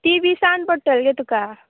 ती विसान पडटली गे तुका